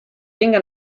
venga